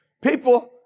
people